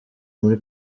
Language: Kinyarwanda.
muri